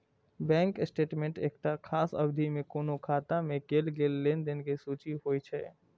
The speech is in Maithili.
बैंक स्टेटमेंट एकटा खास अवधि मे कोनो खाता मे कैल गेल लेनदेन के सूची होइ छै